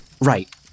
Right